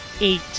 eight